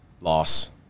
Loss